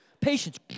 patience